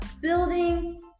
building